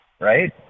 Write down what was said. right